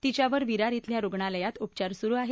तिच्यावर विरार अल्या रुग्णालयात उपचार सुरू आहेत